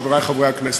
חברי חברי הכנסת,